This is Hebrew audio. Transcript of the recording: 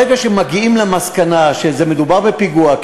ברגע שמגיעים למסקנה שמדובר בפיגוע,